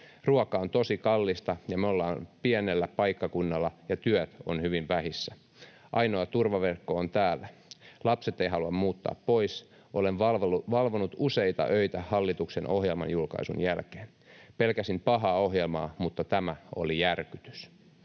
Ruoka on tosi kallista. Me ollaan pienellä paikkakunnalla, ja työt ovat hyvin vähissä. Ainoa turvaverkko on täällä. Lapset eivät halua muuttaa pois. Olen valvonut useita öitä hallituksen ohjelman julkaisun jälkeen. Pelkäsin pahaa ohjelmaa, mutta tämä oli järkytys.